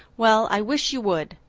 well, i wish you would.